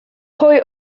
pwy